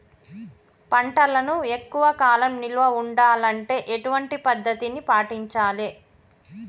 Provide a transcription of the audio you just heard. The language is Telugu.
పంటలను ఎక్కువ కాలం నిల్వ ఉండాలంటే ఎటువంటి పద్ధతిని పాటించాలే?